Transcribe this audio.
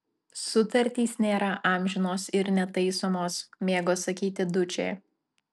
sutartys nėra amžinos ir netaisomos mėgo sakyti dučė